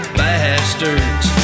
bastards